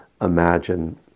imagine